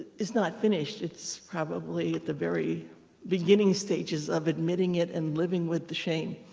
is not finished. it's probably at the very beginning stages of admitting it and living with the shame,